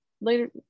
later